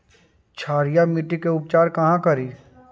क्षारीय मिट्टी के उपचार कहा करी?